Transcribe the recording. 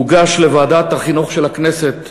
הוא הוגש לוועדת החינוך של הכנסת